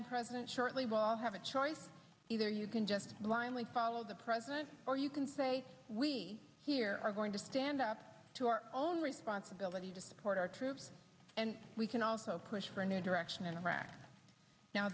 a president shortly will have a choice either you can just blindly follow the president or you can say we here are going to stand up to our own responsibility to support our troops and we can also push for a new direction in iraq now